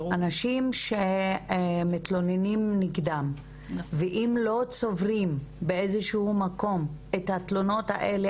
אנשים שמתלוננים נגדם ואם לא צוברים באיזה שהוא מקום את התלונות האלה,